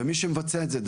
ומי שמבצע את זה,